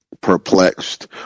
perplexed